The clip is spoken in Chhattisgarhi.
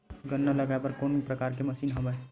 गन्ना लगाये बर का कोनो प्रकार के मशीन हवय?